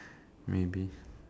maybe